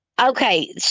Okay